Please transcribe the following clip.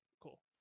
Cool